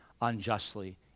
unjustly